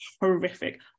horrific